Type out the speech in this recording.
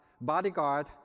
bodyguard